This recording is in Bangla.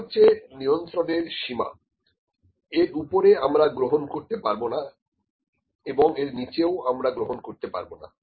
এটা হচ্ছে নিয়ন্ত্রণের সীমা এর উপরে আমরা গ্রহণ করতে পারবো না এবং এর নিচে ও আমরা গ্রহণ করতে পারবো না